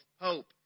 hope